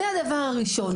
זה הדבר הראשון.